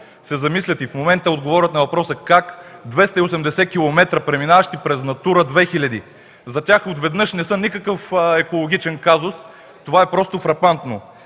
се замислят и в момента отговорят на въпроса как 280 км, преминаващи през „Натура 2000”, за тях отведнъж не са никакъв екологичен казус, това е просто фрапантно.